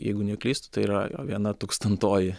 jeigu neklystu tai yra viena tūkstantoji